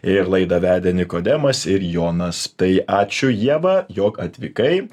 ir laidą vedė nikodemas ir jonas tai ačiū ievą jog atvykai